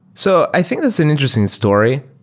so i think that's an interesting story.